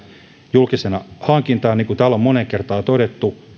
julkisena hankintana niin kuin täällä on moneen kertaan jo todettu